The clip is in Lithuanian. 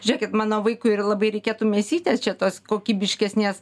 žiūrėkit mano vaikui ir labai reikėtų mėsytės čia tos kokybiškesnės